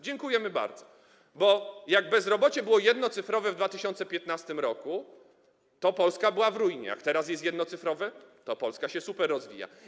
Dziękujemy bardzo, bo kiedy bezrobocie było jednocyfrowe w 2015 r., to Polska była w ruinie, jak teraz jest jednocyfrowe, to Polska się super rozwija.